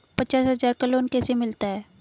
पचास हज़ार का लोन कैसे मिलता है?